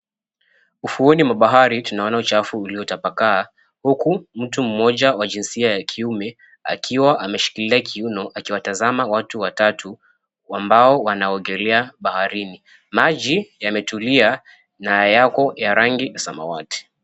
Ufuoni mwa bahari, tunaona uchafu uliotapakaa. Huku mtu mmoja wa jinsia ya kiume, akiwa ameshikilia kiuno, akiwatazama watu watatu ambao wanaogelea baharini. Maji yametulia na yako ya rangi samawati.